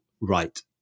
right